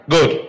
Good